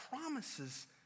promises